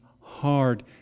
hard